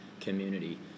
community